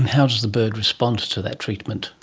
how does the bird respond to that treatment?